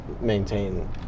maintain